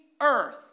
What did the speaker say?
earth